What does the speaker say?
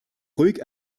ruhig